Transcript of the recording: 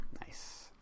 Nice